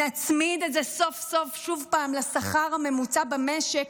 נצמיד את זה סוף-סוף שוב לשכר הממוצע במשק,